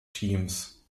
teams